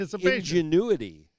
Ingenuity